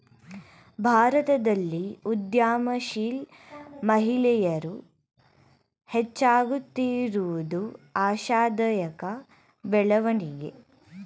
ಭಾರತದಲ್ಲಿ ಉದ್ಯಮಶೀಲ ಮಹಿಳೆಯರು ಹೆಚ್ಚಾಗುತ್ತಿರುವುದು ಆಶಾದಾಯಕ ಬೆಳವಣಿಗೆ